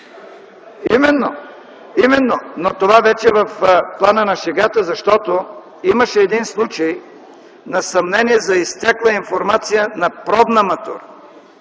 именно, но това вече в плана на шегата, защото имаше един случай на съмнение за изтекла информация на пробна матура